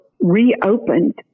reopened